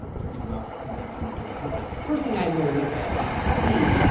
to think about investing into a company. first thing i really look at is the team.